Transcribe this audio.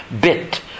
bit